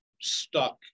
stuck